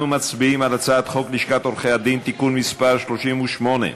אנחנו מצביעים על הצעת חוק לשכת עורכי-הדין (תיקון מס' 38),